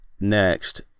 next